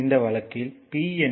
இந்த வழக்கில் P என்பது p 0